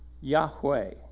Yahweh